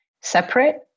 separate